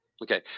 Okay